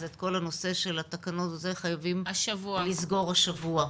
אז את כל הנושא של התקנות חייבים לסגור השבוע.